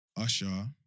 Usher